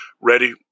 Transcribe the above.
ready